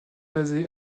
basée